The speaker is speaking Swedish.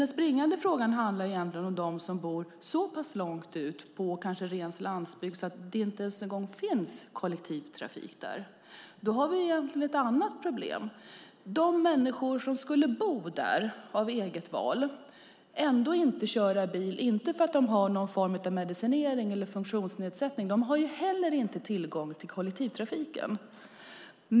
Den springande punkten handlar om dem som bor så pass långt ut på ren landsbygd att det inte ens en gång finns kollektivtrafik där. Det är ett annat problem. Det finns människor som bor där av eget val men ändå inte kör bil. Det handlar inte om att de har någon form av medicinering eller funktionsnedsättning. Men de har heller inte tillgång till kollektivtrafiken.